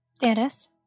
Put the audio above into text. Dennis